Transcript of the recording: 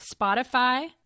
Spotify